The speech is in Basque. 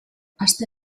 aste